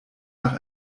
nach